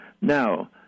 now